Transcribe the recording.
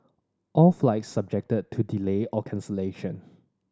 all flights subject to delay or cancellation